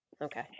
Okay